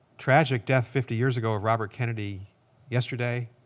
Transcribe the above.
tragic death fifty years ago of robert kennedy yesterday.